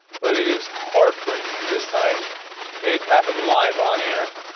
but it is heartbreaking. this time it happened live on air.